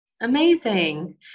Amazing